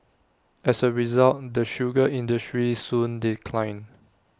as A result the sugar industry soon declined